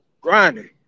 grinding